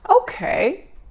okay